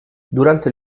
durante